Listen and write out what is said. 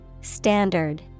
Standard